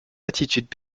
attitudes